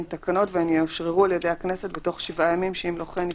את תקנות חירום הנדרשות בשל מצב החירום.